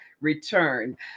return